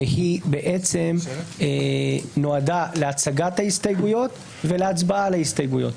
שבעצם נועדה להצגת ההסתייגויות ולהצבעה על ההסתייגויות.